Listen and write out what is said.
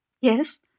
Yes